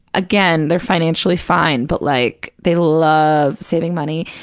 again, they're financially fine, but like they love saving money.